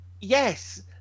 Yes